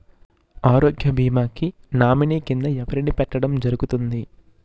ఆరోగ్య భీమా కి నామినీ కిందా ఎవరిని పెట్టడం జరుగతుంది?